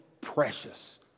precious